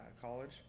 college